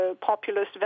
populist